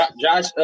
Josh